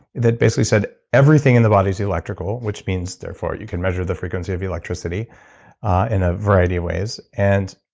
that basically said everything in the body is electrical, which means therefore you can measure the frequency of electricity ah in a variety of ways. and